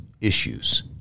issues